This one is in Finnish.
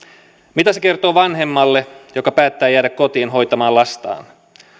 mitä se kertoo vanhemmalle joka päättää jäädä kotiin hoitamaan lastaan